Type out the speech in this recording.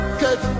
cause